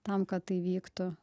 tam kad tai vyktų